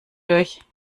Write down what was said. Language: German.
durch